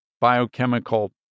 biochemical